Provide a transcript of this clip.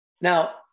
Now